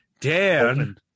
Dan